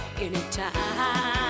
anytime